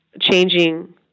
changing